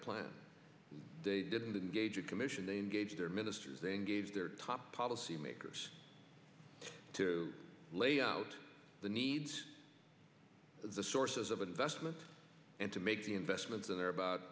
plan they didn't engage in commission they engaged their ministers they engaged their top policy makers to lay out the needs of the sources of investments and to make the investments in there about